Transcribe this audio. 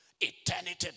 Eternity